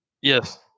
Yes